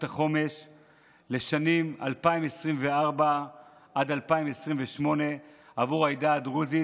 החומש לשנים 2024 עד 2028 עבור העדה הדרוזית,